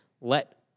let